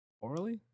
orally